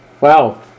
Wow